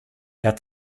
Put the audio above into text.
wer